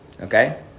Okay